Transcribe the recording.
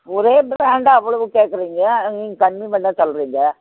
ஒரே ப்ராண்டாக அவ்வளவு கேட்குறீங்க நீங்கள் கம்மி பண்ண சொல்லுறீங்க